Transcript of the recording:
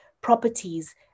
properties